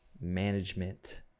management